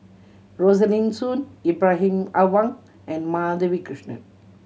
Rosaline Soon Ibrahim Awang and Madhavi Krishnan